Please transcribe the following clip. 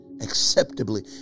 acceptably